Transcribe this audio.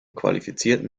qualifizierten